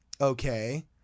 Okay